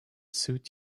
suit